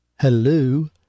hello